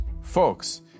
Folks